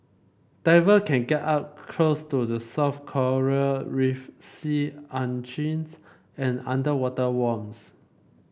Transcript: diver can get up close to the soft coral reef sea urchins and underwater worms